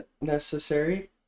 Necessary